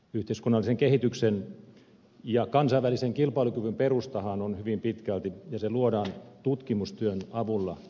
yhteiskunnallisen kehityksen ja kansainvälisen kilpailukyvyn perustahan hyvin pitkälti luodaan tutkimustyön avulla